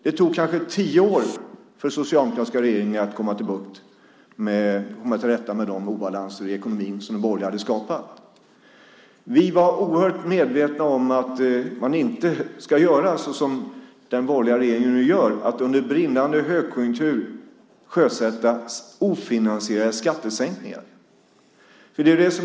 Det tog tio år för den socialdemokratiska regeringen att komma till rätta med de obalanser i ekonomin som de borgerliga hade skapat. Vi var väl medvetna om att man inte ska göra som den borgerliga regeringen nu gör: sjösätta ofinansierade skattesänkningar under brinnande högkonjunktur.